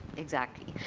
exactly.